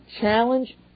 challenge